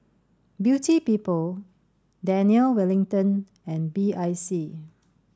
Beauty People Daniel Wellington and B I C